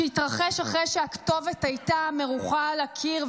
שהתרחש אחרי שהכתובת הייתה מרוחה על הקיר,